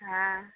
हॅं